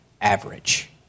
average